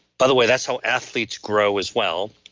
by the way, that's how athletes grow as well.